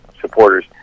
supporters